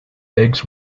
eggs